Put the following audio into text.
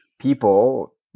people